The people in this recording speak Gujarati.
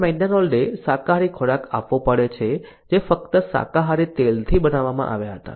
અને મેકડોનાલ્ડે શાકાહારી ખોરાક આપવો પડે છે જે ફક્ત શાકાહારી તેલથી બનાવવામાં આવ્યા હતા